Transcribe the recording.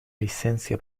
licencia